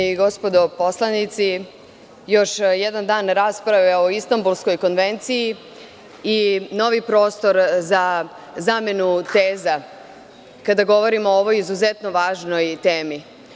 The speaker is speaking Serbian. Dame i gospodo poslanici, još jedan dan rasprave o Istambulskoj konvenciji i novi prostor za zamenu teza kada govorimo o ovoj izuzetno važnoj temi.